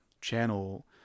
channel